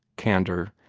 candor,